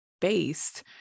based